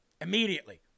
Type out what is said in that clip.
immediately